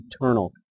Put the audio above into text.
eternal